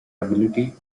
ability